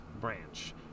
branch